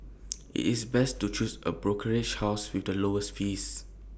it's best to choose A brokerage house with the lowest fees